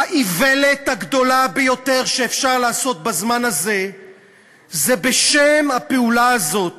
האיוולת הגדולה ביותר שאפשר לעשות בזמן הזה זה בשם הפעולה הזאת